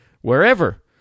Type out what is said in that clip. wherever